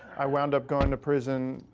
i wound up going to prison,